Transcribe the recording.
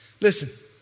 Listen